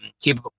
keep